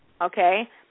Okay